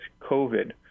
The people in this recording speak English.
COVID